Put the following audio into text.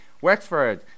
Wexford